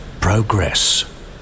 progress